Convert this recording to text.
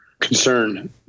concern